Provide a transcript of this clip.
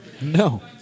No